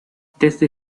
desde